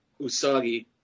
usagi